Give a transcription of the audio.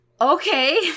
okay